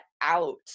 out